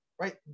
right